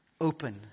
Open